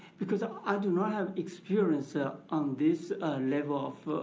because um i do not have experience ah on this level of